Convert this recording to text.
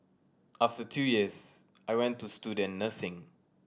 after two years I went to student nursing